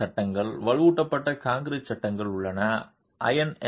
L சட்டங்கள் வலுவூட்டப்பட்ட concrete சட்டங்கள் உள்ள ஐ